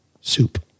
soup